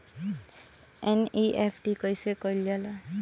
NEFT कइसे कइल जाला?